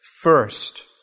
first